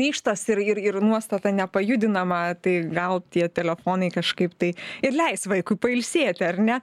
ryžtas ir ir ir nuostata nepajudinama tai gal tie telefonai kažkaip tai ir leis vaikui pailsėti ar ne